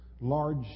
Large